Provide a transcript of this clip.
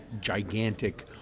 gigantic